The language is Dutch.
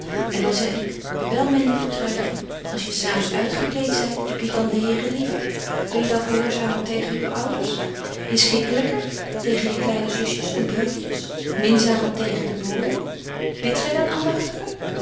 en dan zeg ik wel myn lieve truitje als je s avonds uitgekleet zyt heb je dan den here liever ben je dan gehoorzamer tegen uw ouders inschikkelyker tegen je kleine zusjes en broêrtjes minzamer tegen de boojen bidt gy dan